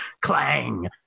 clang